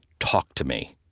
talk to me.